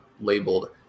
labeled